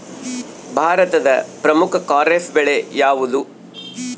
ಭಾರತದ ಪ್ರಮುಖ ಖಾರೇಫ್ ಬೆಳೆ ಯಾವುದು?